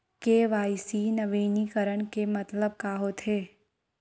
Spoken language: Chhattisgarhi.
के.वाई.सी नवीनीकरण के मतलब का होथे?